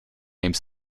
named